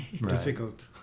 Difficult